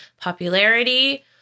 popularity